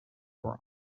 were